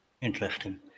interesting